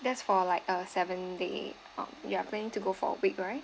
that's for like a seven day mm you are planning to go for a week right